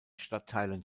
stadtteilen